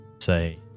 Say